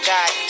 God